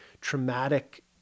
traumatic